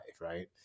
Right